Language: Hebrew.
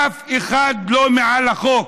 אף אחד לא מעל החוק.